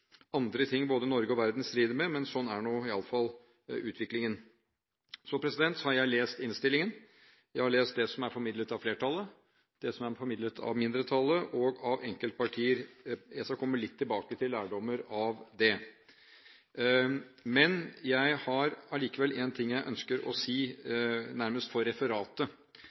andre ting som både Norge og verden strider med, men sånn er i alle fall utviklingen. Jeg har lest innstillingen, jeg har lest det som er formidlet av flertallet, det som er formidlet av mindretallet og av enkeltpartier. Jeg skal komme litt tilbake til lærdommer av det. Men jeg har allikevel en ting jeg ønsker å si – nærmest for referatet